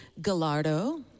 Gallardo